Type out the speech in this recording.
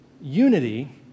Unity